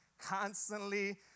constantly